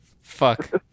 Fuck